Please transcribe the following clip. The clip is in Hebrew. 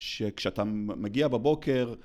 שכשאתה מגיע בבוקר...